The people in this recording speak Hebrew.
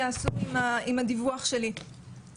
ולתת כלים משלימים,